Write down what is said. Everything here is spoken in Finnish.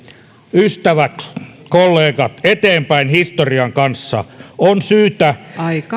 ystävät kollegat eteenpäin historian kanssa on syytä